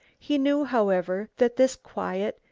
he knew, however, that this quiet,